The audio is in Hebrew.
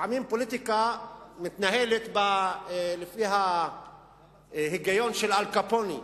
לפעמים הפוליטיקה מתנהלת לפי ההיגיון של אל קפונה,